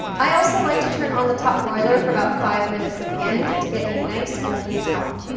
i also like to turn on the top broiler for about five minutes at the end to get a nice golden top.